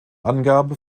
angabe